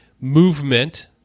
movement